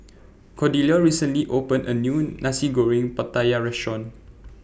Cordelia recently opened A New Nasi Goreng Pattaya Restaurant